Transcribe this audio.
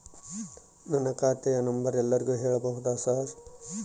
ನನ್ನ ಖಾತೆಯ ನಂಬರ್ ಎಲ್ಲರಿಗೂ ಹೇಳಬಹುದಾ ಸರ್?